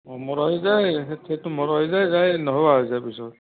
মৰহি যায় সেইটো মৰহি যায় যায় নোহোৱা হৈ যায় পিছত